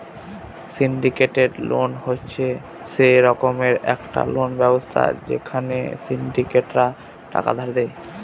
syndicated loan হচ্ছে সে রকমের একটা লোন ব্যবস্থা যেখানে সিন্ডিকেটরা টাকা ধার দেয়